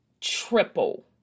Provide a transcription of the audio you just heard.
triple